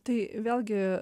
tai vėlgi